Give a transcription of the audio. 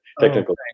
technical